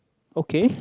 okay